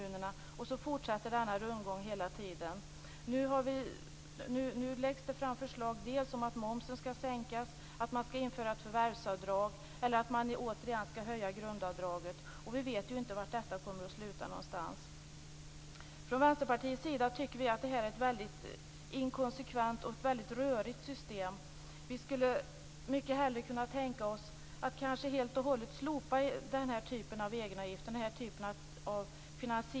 Från Vänsterpartiets sida tycker vi att det här är ett väldigt inkonsekvent och rörigt system.